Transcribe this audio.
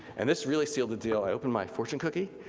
and this really sealed the deal. i opened my fortune cookie,